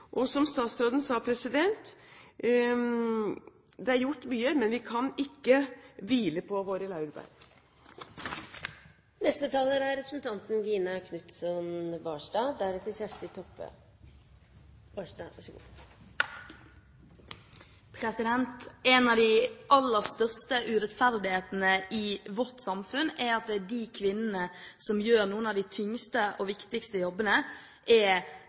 og har redegjort for, vil gi resultater. Og som statsråden sa: Det er gjort mye, men vi kan ikke hvile på våre laurbær. En av de aller største urettferdighetene i vårt samfunn er at de kvinnene som gjør noen av de tyngste og viktigste jobbene,